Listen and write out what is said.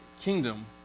kingdom